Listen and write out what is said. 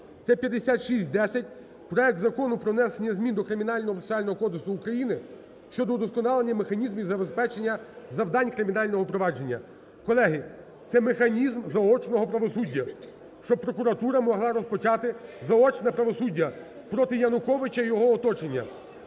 це 5610 проект Закону про внесення змін до Кримінального процесуального кодексу України (щодо удосконалення механізмів забезпечення завдань кримінального провадження). Колеги, це механізм заочного правосуддя, щоб прокуратура могла розпочати заочне правосуддя проти Януковича і його оточення.